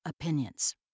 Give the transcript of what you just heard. opinions